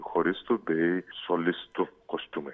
choristų bei solistų kostiumai